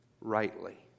rightly